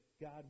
God